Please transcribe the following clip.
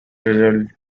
result